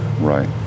Right